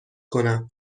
کنم